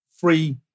free